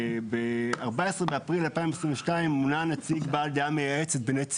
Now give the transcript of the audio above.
ב-14 באפריל 2022 מונה נציג בעל דעה מייעצת בנס ציונה.